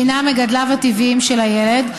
שהינם מגדליו הטבעיים של הילד,